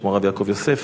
כמו הרב יעקב יוסף,